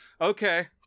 Okay